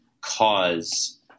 cause